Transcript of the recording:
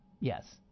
Yes